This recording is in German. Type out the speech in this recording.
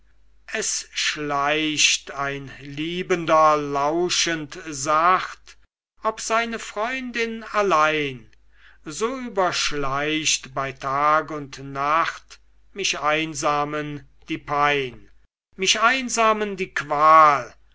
es schleicht ein liebender lauschend sacht ob seine freundin allein so überschleicht bei tag und nacht mich einsamen die pein mich einsamen die qual